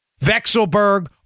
Vexelberg